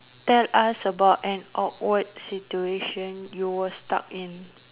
tell us about an awkward situation you were stuck in